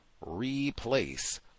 Replace